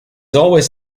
always